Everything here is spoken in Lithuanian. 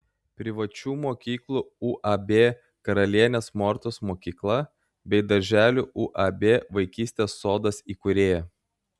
privačių mokyklų uab karalienės mortos mokykla bei darželių uab vaikystės sodas įkūrėja